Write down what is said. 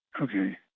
Okay